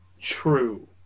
true